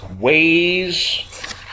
ways